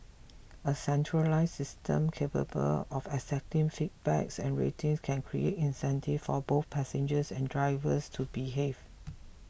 a centralised system capable of accepting feedbacks and rating can create incentives for both passengers and drivers to behave